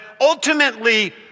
ultimately